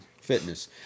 fitness